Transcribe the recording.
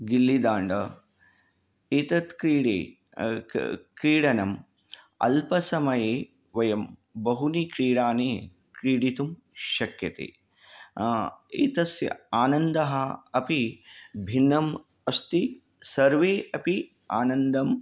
गिल्लीदाण्ड एषा क्रीडा का क्रीडनम् अल्पसमये वयं बह्व्यः क्रीडाः क्रीडितुं शक्यते एतस्य आनन्दः अपि भिन्नः अस्ति सर्वे अपि आनन्दं